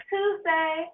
Tuesday